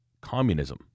communism